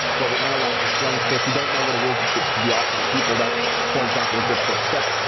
where we analyze your strengths. so if you don't know what it is that you could be offering people that's, for example, a good first step.